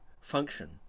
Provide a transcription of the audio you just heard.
function